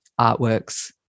artworks